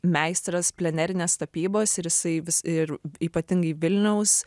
meistras plenerinės tapybos ir jisai vis ir ypatingai vilniaus